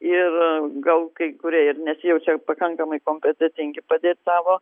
ir gal kai kurie ir nesijaučia pakankamai kompetentingi padėt savo